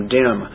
dim